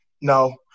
no